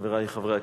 חברי חברי הכנסת,